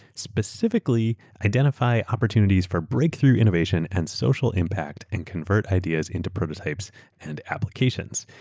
specifically identify opportunities for breakthrough innovation and social impact and convert ideas into prototypes and applications.